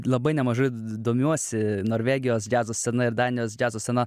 labai nemažai domiuosi norvegijos džiazo scena ir danijos džiazo scena